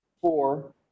four